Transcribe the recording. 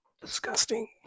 Disgusting